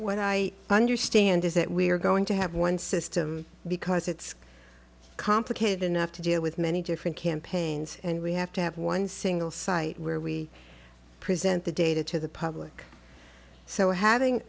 what i understand is that we're going to have one system because it's complicated enough to deal with many different campaigns and we have to have one single site where we present the data to the public so having